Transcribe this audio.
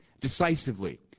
decisively